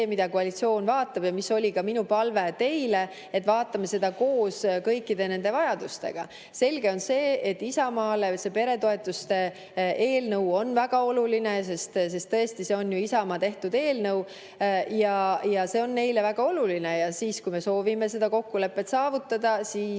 mida koalitsioon vaatab. Ka minu palve teile oli, et vaatame seda koos kõikide nende vajadustega. Selge on see, et Isamaale on see peretoetuste eelnõu väga oluline, sest see on ju Isamaa tehtud eelnõu. See on neile väga oluline. Kui me soovime kokkulepet saavutada, siis